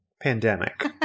pandemic